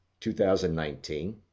2019